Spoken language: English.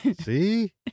see